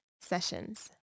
sessions